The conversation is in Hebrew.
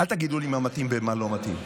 עולים זה לא קשור.